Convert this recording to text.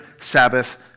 Sabbath